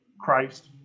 Christ